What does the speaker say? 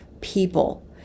people